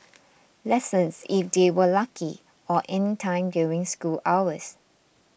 lessons if they were lucky or anytime during school hours